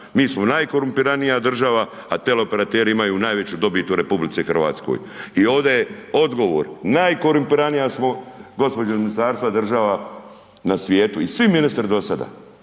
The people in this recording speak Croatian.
mi smo najkorumpiranija država, a teleoperateri imaju najveću dobit u RH. I ovdje je odgovor, najkorumpiranija smo, gospođo iz ministarstva, država na svijetu i svi ministri do sada